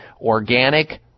organic